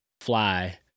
fly